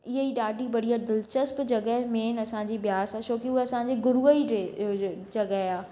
इअई ॾाढी बढ़िया दिलचस्पु जॻह मेन असांजी ब्यास आहे छोकि हूअ असांजे गुरूअ ई दे जॻह आहे